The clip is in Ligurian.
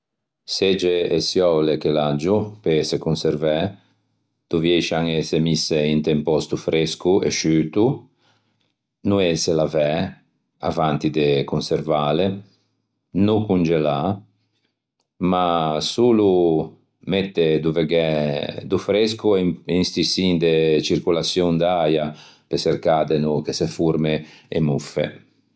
Segge e çioule che l'aggio, pe ëse conservæ, doviescian ëse misse inte un pòsto fresco e sciuto, no ëse lavæ avanti de conservâle, no congelâ, ma solo mette dove gh'é do fresco e un un stissin de circolaçion d'äia pe çerca de no che se forme e moffe.